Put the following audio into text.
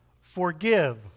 forgive